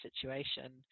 situation